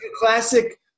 classic